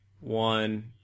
one